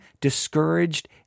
discouraged